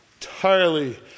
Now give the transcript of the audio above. entirely